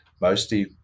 mostly